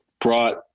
brought